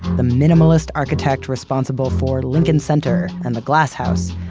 the minimalist architect responsible for lincoln center and the glass house.